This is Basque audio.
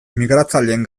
migratzaileen